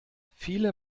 viele